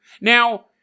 Now